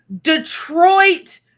Detroit